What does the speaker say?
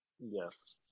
Yes